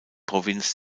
provinz